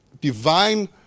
divine